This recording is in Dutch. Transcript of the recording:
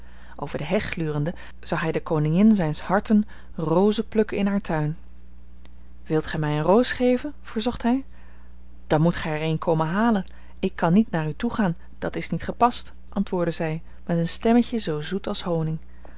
over de heg glurende zag hij de koningin zijns harten rozen plukken in haar tuin wilt gij mij een roos geven verzocht hij dan moet gij er een komen halen ik kan niet naar u toegaan dat is niet gepast antwoordde zij met een stemmetje zoo zoet als honing